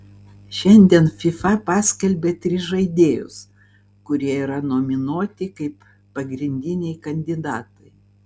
šiandien fifa paskelbė tris žaidėjus kurie yra nominuoti kaip pagrindiniai kandidatai